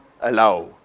allow